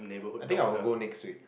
I think I will go next week